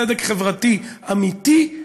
צדק חברתי אמיתי,